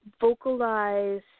vocalize